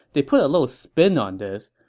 they put a little spin on this.